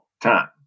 time